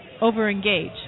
over-engage